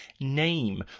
name